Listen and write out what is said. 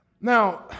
Now